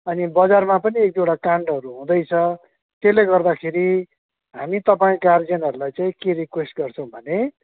अनि बजारमा पनि एक दुईवटा कान्डहरू हुँदैछ त्यसले गर्दाखेरि हामी तपाईँ गार्जेनहरूलाई चाहिँ के रिक्वेस्ट गर्छौँ भने